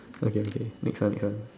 okay okay next one next one